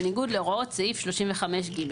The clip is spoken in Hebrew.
בניגוד להוראות סעיף 35(ג).